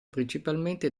principalmente